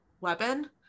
weapon